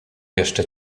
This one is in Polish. jeszcze